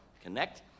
connect